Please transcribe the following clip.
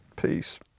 Peace